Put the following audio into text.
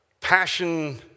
Passion